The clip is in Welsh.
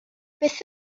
beth